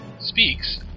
Speaks